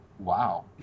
Wow